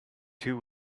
two